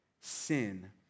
sin